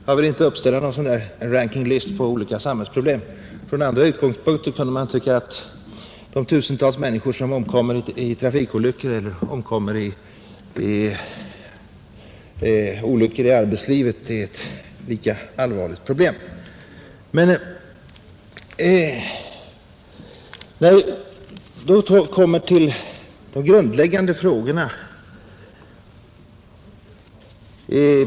Jag vill inte göra upp någon ranking list på olika samhällsproblem — från andra utgångspunkter kunde man tycka att de tusentals människor som ,omkommer vid trafikolyckor eller vid olyckor i arbetslivet är ett lika allvarligt problem.